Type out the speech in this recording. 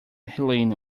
helene